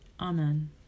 Amen